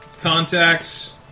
contacts